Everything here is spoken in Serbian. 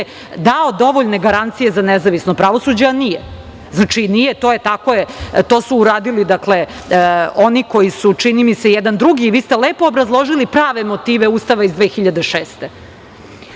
dao dovoljne garancije za nezavisno pravosuđe, a nije? Znači nije, to je, tako je, to su uradili, dakle, oni koji su, čini mi se, jedan drugi, vi ste lepo obrazložili prave motive Ustava iz 2006.